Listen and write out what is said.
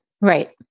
Right